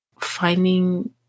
finding